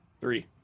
Three